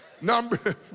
Number